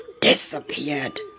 disappeared